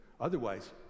Otherwise